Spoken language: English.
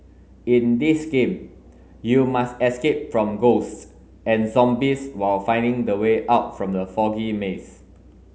in this game you must escape from ghosts and zombies while finding the way out from the foggy maze